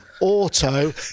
auto